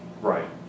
Right